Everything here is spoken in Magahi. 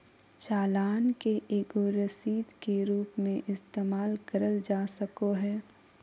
चालान के एगो रसीद के रूप मे इस्तेमाल करल जा सको हय